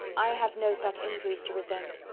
i have no such injuries to resent.